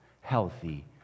healthy